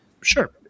Sure